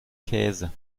käse